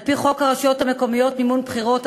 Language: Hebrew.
על-פי חוק הרשויות המקומיות (מימון בחירות),